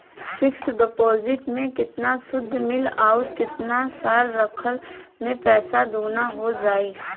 Fix deposit मे केतना सूद मिली आउर केतना साल रखला मे पैसा दोगुना हो जायी?